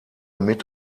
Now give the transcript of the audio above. mit